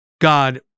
God